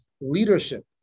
leadership